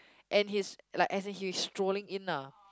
and he's like as in he's strolling in lah